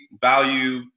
value